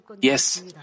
Yes